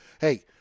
Hey